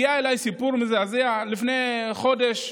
הגיע אליי סיפור מזעזע לפני חודש.